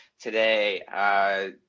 today